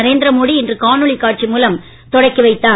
நரேந்திர மோடி இன்று காணாளி காட்சி மூலம் தொடக்கி வைத்தார்